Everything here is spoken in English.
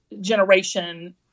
generation